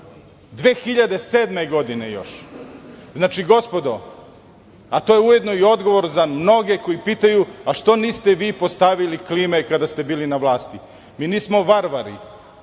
2007. godine? Gospodo, a to je ujedno i odgovor za mnoge koji pitaju - a što niste vi postavili klime kada ste bili na vlasti - mi nismo varvari,